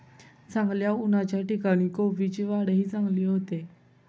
चांगल्या उन्हाच्या ठिकाणी कोबीची वाढही चांगली होते